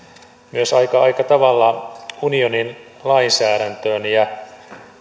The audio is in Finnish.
myös aika aika tavalla unionin lainsäädäntöön ja